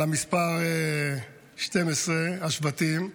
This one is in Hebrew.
12 השבטים,